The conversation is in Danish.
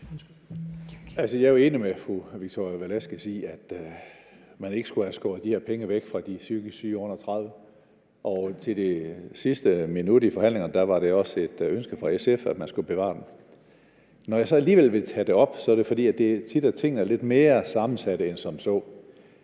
Velasquez i, at man ikke skulle have skåret de her penge til de psykisk syge under 30 år væk, og indtil det sidste minut i forhandlingerne var det også et ønske fra SF, at man skulle bevare dem. Når jeg så alligevel vil tage det op, er det, fordi tingene tit er lidt mere sammensat end som så.